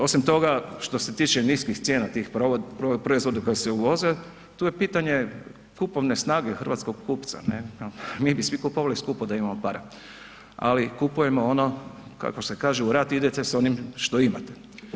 Osim toga što se tiče tih niskih cijena tih proizvoda koji se uvoze, tu je pitanje kupovne snage hrvatskog kupca, ne, mi bi svi kupovali skupo da imamo para ali kupujemo ono kako se kaže, u rat idete sa onim što imate.